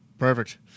Perfect